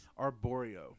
Arborio